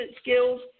skills